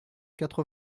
quatre